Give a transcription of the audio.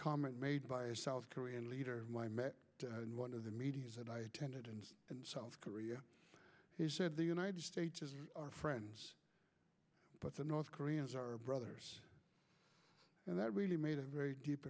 comment made by a south korean leader my met in one of the media that i attended and in south korea he said the united states are friends but the north koreans are brothers and that really made a very deep